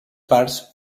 parts